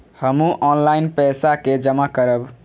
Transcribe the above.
हमू ऑनलाईनपेसा के जमा करब?